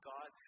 God